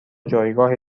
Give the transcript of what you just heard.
جایگاه